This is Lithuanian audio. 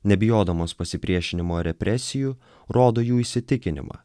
nebijodamos pasipriešinimo represijų rodo jų įsitikinimą